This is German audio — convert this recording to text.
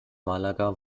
malaga